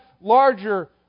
larger